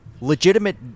legitimate